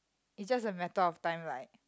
is just a matter of time like